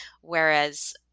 whereas